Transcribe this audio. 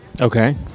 Okay